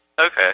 Okay